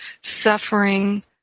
suffering